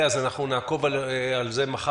ונעקוב אחרי זה גם מחר.